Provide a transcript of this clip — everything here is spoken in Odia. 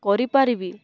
କରିପାରିବି